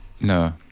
No